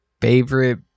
favorite